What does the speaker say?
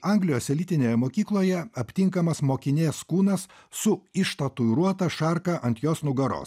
anglijos elitinėje mokykloje aptinkamas mokinės kūnas su ištatuiruota šarka ant jos nugaros